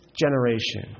generation